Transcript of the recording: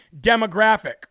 demographic